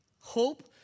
hope